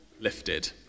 lifted